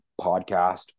podcast